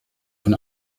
von